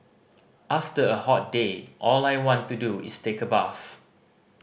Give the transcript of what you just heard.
after a hot day all I want to do is take a bath